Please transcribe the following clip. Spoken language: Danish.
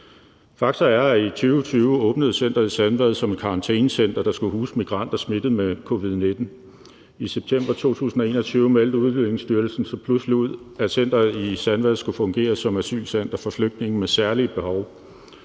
Fakta er, at i 2020 åbnede centeret i Sandvad som et karantænecenter, der skulle huse migranter smittet med covid-19. I september 2021 meldte Udlændingestyrelsen så pludselig ud, at centeret i Sandvad skulle fungere som asylcenter for flygtninge med særlige behov.